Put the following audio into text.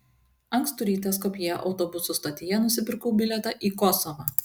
ankstų rytą skopjė autobusų stotyje nusipirkau bilietą į kosovą